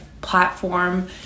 platform